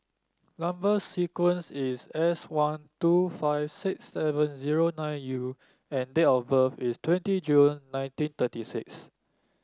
number sequence is S one two five six seven zero nine U and date of birth is twenty June nineteen thirty six